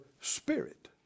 spirit